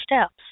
steps